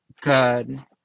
good